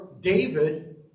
David